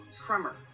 tremor